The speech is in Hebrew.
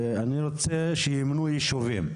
אני רוצה שימנו ישובים.